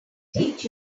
teach